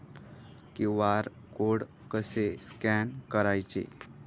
QR code कसे scan करायचे?